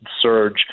surge